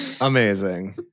Amazing